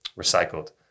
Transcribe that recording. recycled